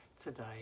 today